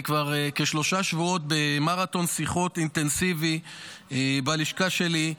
אני כבר כשלושה שבועות במרתון שיחות אינטנסיבי בלשכה שלי,